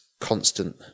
constant